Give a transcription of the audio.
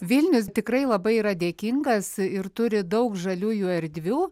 vilnius tikrai labai yra dėkingas ir turi daug žaliųjų erdvių